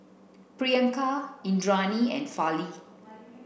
Priyanka Indranee and Fali